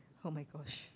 oh-my-gosh